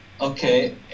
Okay